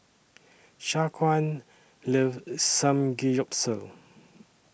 Shaquan loves Samgeyopsal